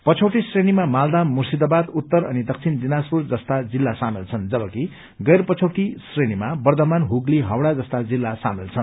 पछौटे श्रेणीमा मालदा मुश्रिदाबाद उत्तर अनि दक्षिण दिनाजपुर जस्ता जिल्ला सामेल छन् जबकि गैर पछौटे श्रेणीमा वर्छमान हुगली हाउड़ा जस्ता जिल्ला सामेल छन्